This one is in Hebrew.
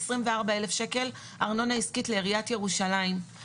24 אלף שקלים ארנונה עסקית לעיריית ירושלים,